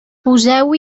poseu